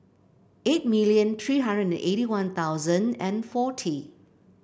eight million three hundred eighty One Thousand and forty